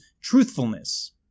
truthfulness